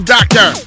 Doctor